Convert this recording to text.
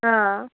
অঁ